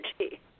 energy